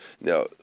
Now